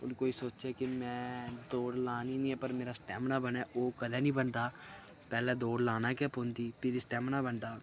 हून कोई सोचै कि में दौड़ लानी नि पर मेरा स्टैमिना बने ओह् कदें निं बनदा पैह्ले दौड़ लाना गै पौंदी फिरी स्टैमिना बनदा